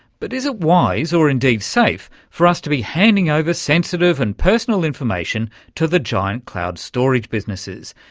but is it wise or indeed safe for us to be handing over sensitive and personal information to the giant cloud storage businesses?